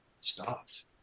stopped